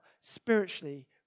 spiritually